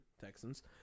Texans